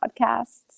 podcasts